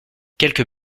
quelques